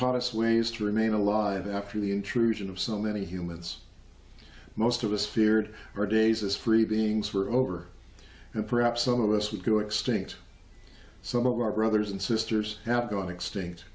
taught us ways to remain alive after the intrusion of so many humans most of us feared our days as free beings were over and perhaps some of us would go extinct some of our brothers and sisters have gone extinct